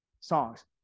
songs